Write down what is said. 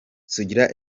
sugira